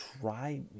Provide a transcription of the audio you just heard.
Try